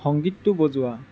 সংগীতটো বজোৱা